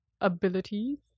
abilities